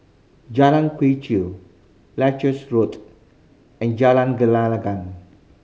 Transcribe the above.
Jalan Quee Chew Leuchars Road and Jalan Gelenggang